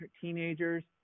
teenagers